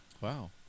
Wow